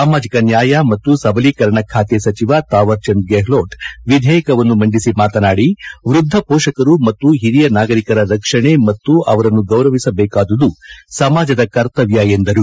ಸಾಮಾಜಿಕ ನ್ವಾಯ ಮತ್ತು ಸಬಲೀಕರಣ ಖಾತೆ ಸಚಿವ ತಾವರ್ ಚಂದ್ ಗೆಹ್ಲೋಟ್ ವಿಧೇಯಕವನ್ನು ಮಂಡಿಸಿ ಮಾತನಾಡಿ ವೃದ್ಧ ಪೋಷಕರು ಮತ್ತು ಹಿರಿಯ ನಾಗರಿಕರ ರಕ್ಷಣೆ ಮತ್ತು ಅವರನ್ನು ಗೌರವಿಸಬೇಕಾದುದು ಸಮಾಜದ ಕರ್ತವ್ಯ ಎಂದರು